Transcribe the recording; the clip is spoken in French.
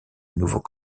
nouveau